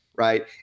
right